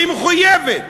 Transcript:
והיא מחויבת,